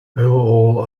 overall